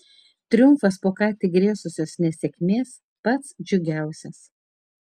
triumfas po ką tik grėsusios nesėkmės pats džiugiausias